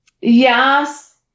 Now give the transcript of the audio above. Yes